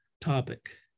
topic